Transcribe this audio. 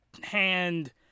hand